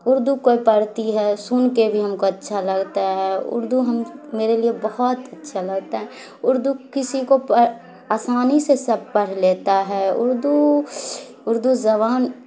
اردو کوئی پڑھتی ہے سن کے بھی ہم کو اچھا لگتا ہے اردو ہم میرے لیے بہت اچھا لگتا ہے اردو کسی کو آسانی سے سب پڑھ لیتا ہے اردو اردو زبان